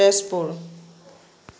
Tezpur